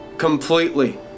Completely